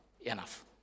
enough